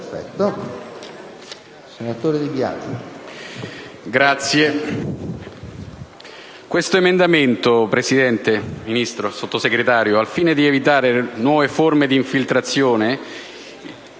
senatore Di Biagio).